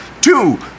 two